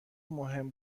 مهم